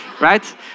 Right